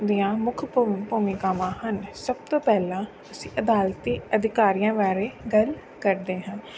ਦੀਆਂ ਮੁੱਖ ਭੂ ਭੂਮਿਕਾਵਾਂ ਹਨ ਸਭ ਤੋਂ ਪਹਿਲਾਂ ਅਸੀਂ ਅਦਾਲਤੀ ਅਧਿਕਾਰੀਆਂ ਬਾਰੇ ਗੱਲ ਕਰਦੇ ਹਾਂ